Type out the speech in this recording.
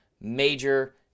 major